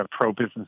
pro-business